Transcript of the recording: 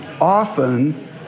often